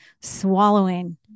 swallowing